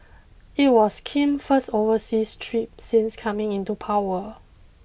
it was Kim's first overseas trip since coming into power